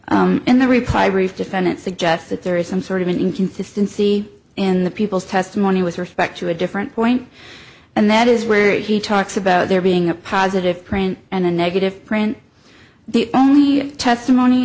defendant suggests that there is some sort of an inconsistency in the people's testimony with respect to a different point and that is where he talks about there being a positive print and a negative print the only testimony